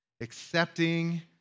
accepting